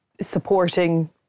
supporting